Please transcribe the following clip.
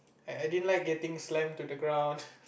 I I didn't like getting slammed to the ground